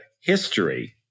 history